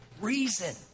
reason